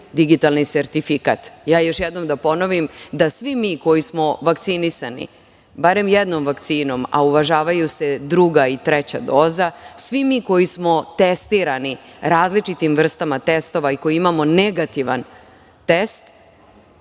digitalni sertifikat. Još jednom da ponovim da svi mi koji smo vakcinisani, barem jednom vakcinom, a uvažavaju se druga i treća doza, svi mi koji smo testirani različitim vrstama testova i koji imamo negativan test,